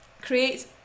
create